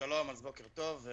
שלום, בוקר טוב.